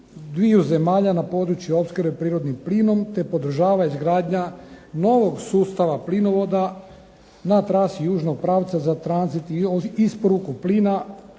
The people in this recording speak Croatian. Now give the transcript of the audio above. dviju zemalja na području opskrbe prirodnim plinom, te podržava izgradnju novog sustava plinovoda na trasi južnog pravca za tranzit i isporuku plina